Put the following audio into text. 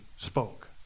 spoke